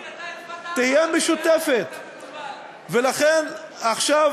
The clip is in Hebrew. ג'בארין, אתה הצבעת, אם כך,